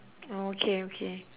oh okay okay